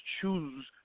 choose